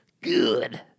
Good